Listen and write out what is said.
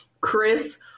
Chris